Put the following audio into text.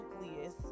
nucleus